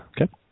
Okay